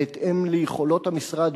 בהתאם ליכולות המשרד,